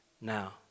now